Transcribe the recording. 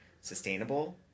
sustainable